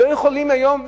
לא יכולים היום,